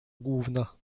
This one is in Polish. główna